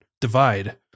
divide